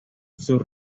sus